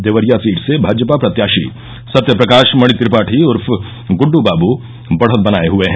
Deoria seat से भाजपा प्रत्याशी सत्य प्रकाश मणि त्रिपाठी उर्फ गृडड बाव बढत बनाये हये हैं